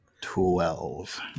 Twelve